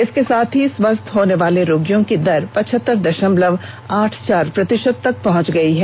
इसके साथ ही स्वस्थ होनेवाले रोगियों की दर पचहत्तर दषमलव आठ चार प्रतिषत तक पहुंच गई है